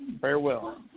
farewell